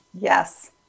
yes